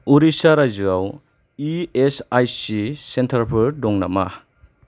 उरिस्सा रायजोआव इएसआइसि सेन्टारफोर दं नामा